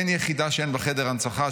אין יחידה שאין בה חדר הנצחה,